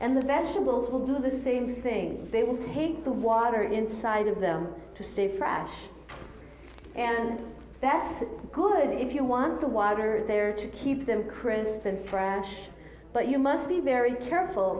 and the vegetables will do the same thing they will take the water inside of them to stay fresh and that's good if you want the water there to keep them crisp and french but you must be very careful